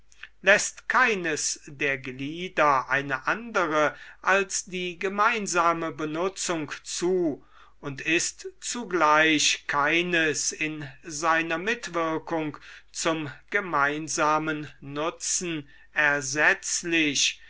läßt keines der glieder eine andere als die gemeinsame benutzung zu und ist zugleich keines in seiner mitwirkung zum gemeinsamen nutzen ersetzlich